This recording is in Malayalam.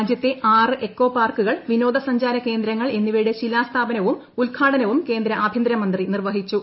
രാജ്യത്തെ ആറ് എക്കോ പാർക്കുകൾ വിനോദസഞ്ചാര കേന്ദ്രങ്ങൾ എന്നിവയുടെ ശിലാസ്ഥാപനവും ഉദ്ഘാടനവും കേന്ദ്ര ആഭ്യന്തരമന്ത്രി നിർവ്വഹിച്ചു